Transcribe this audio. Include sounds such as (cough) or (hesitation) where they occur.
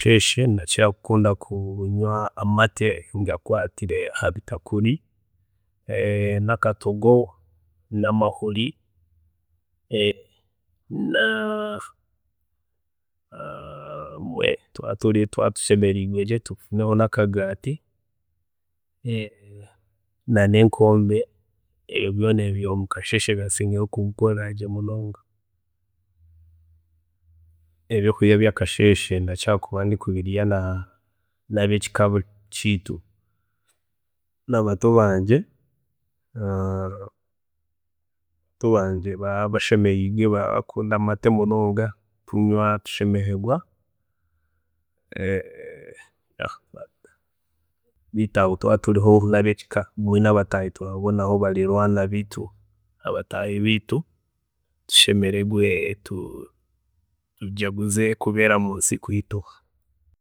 ﻿Mukasheeshe ndakira kukunda kunywa amate gakwaatire ahabitakuri, (hesitation) nakatogo, namahuri, (hesitation) na twaaba tushemeriirwe gye tutungeyo nakagaati, (hesitation) na nenkoombe ebyo byoona ebyo mukasheeshe birakira kunshemeza munonga. Ebyokurya byakasheeshe ndakira kuba ndikubirya nabekika kyeitu nabato bangye, bato bangye baraba bashemeriirwe, barakunda amate munonga tunywa tushererwa, (hesitation) beitu aho turaba turiho nabekika, hamwe nabataahi turababonaho bariranwa beitu, nabataahi beitu, tujaguze tushemererwe kubeera munsi kwiitu